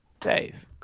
dave